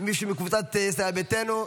מישהו מקבוצת ישראל ביתנו?